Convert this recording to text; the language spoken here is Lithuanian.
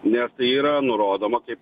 nes tai yra nurodoma kaip